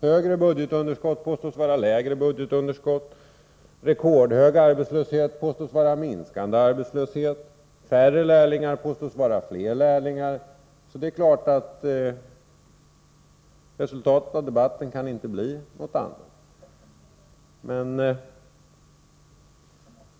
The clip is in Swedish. Högre budgetunderskott påstås vara lägre budgetunderskott, rekordhög arbetslöshet påstås vara minskande arbetslöshet, färre lärlingar påstås vara fler lärlingar, så det är klart att resultatet av debatten inte kan bli annorlunda.